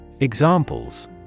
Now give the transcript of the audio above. Examples